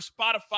Spotify